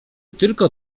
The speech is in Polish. tylko